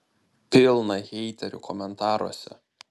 pilna heiterių komentaruose